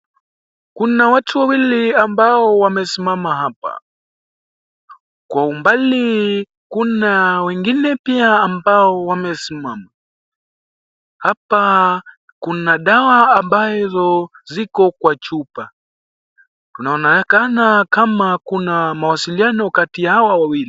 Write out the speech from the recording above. Kuna watu wawili ambao wamesimama hapa, kwa umbali kuna wengine pia ambao wamesimama. Hapa kuna dawa ambazo ziko kwa chupa, inaonekana kama kuna mawasiliano kati ya hawa wawili.